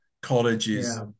colleges